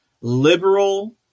liberal